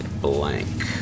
blank